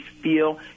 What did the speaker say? feel